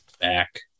Back